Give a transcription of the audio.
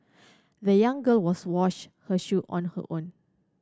the young girl was wash her shoe on her own